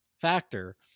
factor